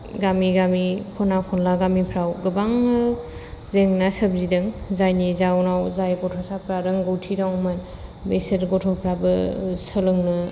गामि गामि खना खनला गामिफ्राव गोबां गामिफोराव जेंना सोमजिदों जायनि जाउनाव जाय गथ'साफोरा रोंग'थि दंमोन बेसोर गथ'फ्राबो सोलोंनो